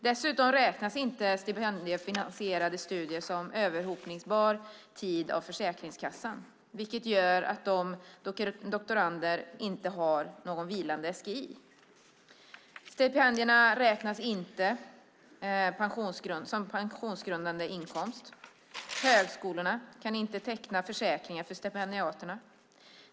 Dessutom räknas inte stipendiefinansierade studier som överhoppningsbar tid av Försäkringskassan, vilket gör att doktoranderna inte har någon vilande SGI. Stipendierna räknas inte som pensionsgrundande inkomst. Högskolorna kan inte teckna försäkringar för stipendiaterna.